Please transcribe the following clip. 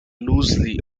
loosely